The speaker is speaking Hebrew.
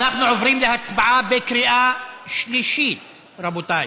אנחנו עוברים להצבעה בקריאה שלישית רבותי.